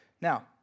Now